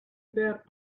about